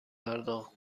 پرداخت